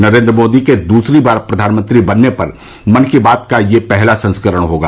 नरेन्द्र मोदी के दूसरी बार प्रधानमंत्री बनने पर मन की बात का यह पहला संस्करण होगा